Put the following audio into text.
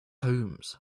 homes